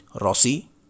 Rossi